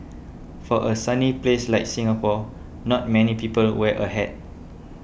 for a sunny place like Singapore not many people wear a hat